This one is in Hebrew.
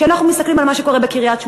כשאנחנו מסתכלים על מה שקורה בקריית-שמונה